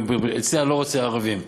אצלי אני לא רוצה ערבים.